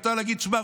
מותר להגיד: שמע,